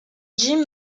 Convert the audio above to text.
jim